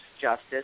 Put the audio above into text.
justice